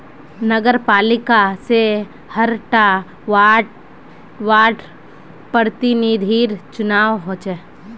नगरपालिका से हर टा वार्डर प्रतिनिधिर चुनाव होचे